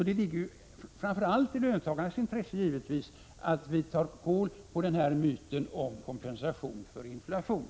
Det ligger givetvis därför framför allt i löntagarnas intresse att vi tar kål på myten om kompensation för inflation.